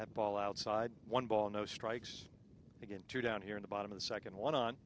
that ball outside one ball no strikes again two down here in the bottom of the second one on